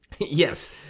yes